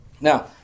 Now